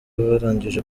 barangije